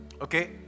okay